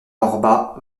orba